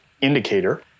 indicator